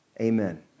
Amen